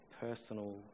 personal